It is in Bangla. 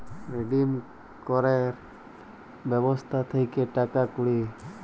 রিডিম ক্যরের ব্যবস্থা থাক্যে টাকা কুড়ি